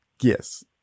Yes